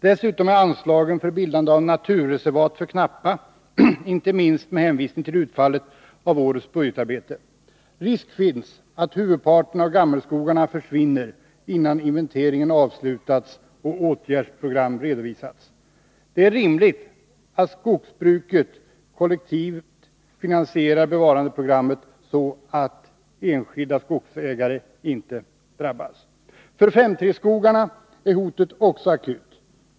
Dessutom är anslagen för bildande av naturreservat för knappa, inte minst med hänsyn till utfallet av årets budgetarbete. Risk finns att huvudparten av gammelskogarna försvinner innan inventeringen avslutats och åtgärdsprogram redovisats. Det är rimligt att skogsbruket kollektivt finansierar bevarandeprogrammet, så att enskilda skogsägare inte drabbas. Också för 5:3-skogarna är hotet akut.